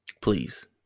Please